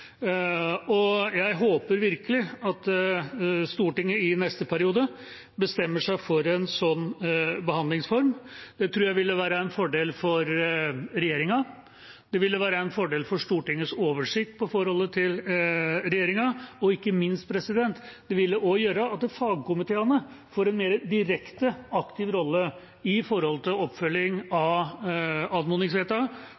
jeg håper virkelig at Stortinget i neste periode bestemmer seg for en sånn behandlingsform. Det tror jeg ville være en fordel for regjeringa, det ville være en fordel for Stortingets oversikt i forholdet til regjeringa, og det ville ikke minst gjøre at fagkomiteene fikk en mer direkte, aktiv rolle når det gjelder oppfølging